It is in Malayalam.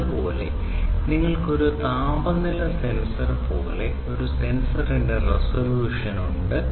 അതുപോലെ നിങ്ങൾക്ക് ഒരു താപനില സെൻസർ പോലെ ഒരു സെൻസറിന്റെ റെസല്യൂഷൻ ഉണ്ട്